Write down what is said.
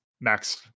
max